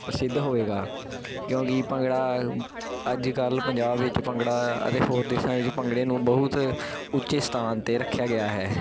ਪ੍ਰਸਿੱਧ ਹੋਵੇਗਾ ਕਿਉਂਕਿ ਭੰਗੜਾ ਅੱਜ ਕੱਲ੍ਹ ਪੰਜਾਬ ਵਿੱਚ ਭੰਗੜਾ ਅਤੇ ਹੋਰ ਦੇਸ਼ਾਂ ਵਿੱਚ ਭੰਗੜੇ ਨੂੰ ਬਹੁਤ ਉੱਚੇ ਸਥਾਨ 'ਤੇ ਰੱਖਿਆ ਗਿਆ ਹੈ